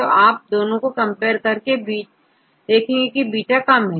अब आप दोनों को कंपेयर करने पर देखेंगे की बीटा कम है